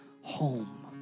home